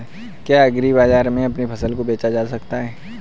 क्या एग्रीबाजार में अपनी फसल को बेचा जा सकता है?